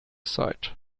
site